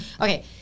Okay